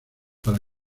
para